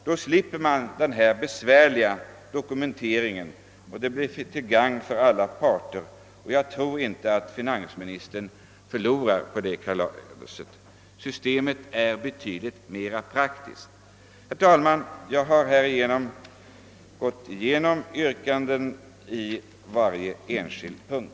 Då slipper man den besvärliga dokumenteringen, vilket blir till gagn för alla parter. Jag tror inte heller att finansministern kommer att förlora på ett sådant förfarande. Systemet är betydligt mera praktiskt. Herr talman! Härmed har jag gått igenom mina yrkanden på varje enskild punkt.